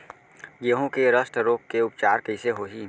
गेहूँ के रस्ट रोग के उपचार कइसे होही?